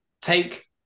take